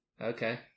Okay